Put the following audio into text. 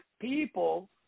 people